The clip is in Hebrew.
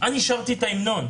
שרתי את ההמנון.